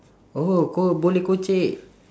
oh kau boleh kocek